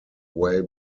way